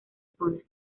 zona